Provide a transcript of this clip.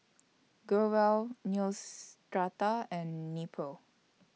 Growell Neostrata and Nepro